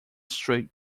straight